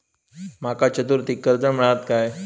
माका चतुर्थीक कर्ज मेळात काय?